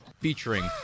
featuring